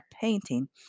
painting